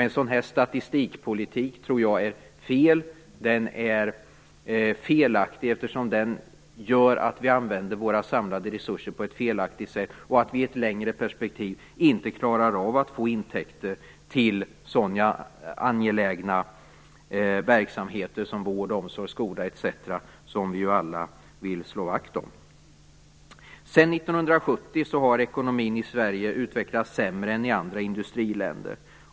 En sådan statistikpolitik tror jag är fel. Den är felaktig eftersom den gör att vi använder våra resurser på ett felaktigt sätt. I ett längre perspektiv klarar vi inte av att få intäkter till sådana angelägna verksamheter som vård, omsorg och skola, som vi ju alla vill slå vakt om. Sedan 1970 har ekonomin i Sverige utvecklats sämre än i andra industriländer.